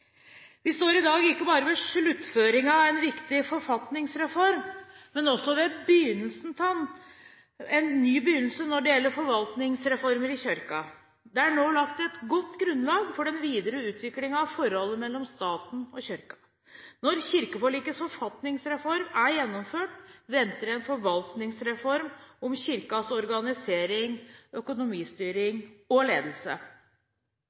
Vi står i dag ikke bare ved sluttføringen av en viktig forfatningsreform, men også ved en ny begynnelse når det gjelder forvaltningsreformer i Kirken. Det er nå lagt et godt grunnlag for den videre utviklingen av forholdet mellom staten og Kirken. Når kirkeforlikets forfatningsreform er gjennomført, venter en forvaltningsreform om Kirkens organisering, økonomistyring og ledelse.